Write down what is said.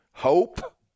hope